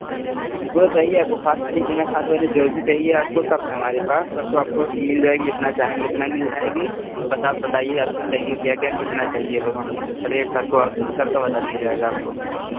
जो चाहिए आपको खाद पानी बिना खाद वाले जो भी चाहिए आपको सब है हमारे पास सबको आपको मिल जाएगी जितना चाहेंगे उतना मिल जाएगी बस आप बताइए आपको चाहिए क्या क्या कितना चाहिए बस रेट सबको आपको सबका बता दिया जाएगा आपको